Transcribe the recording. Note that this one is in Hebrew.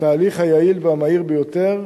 בתהליך היעיל והמהיר ביותר,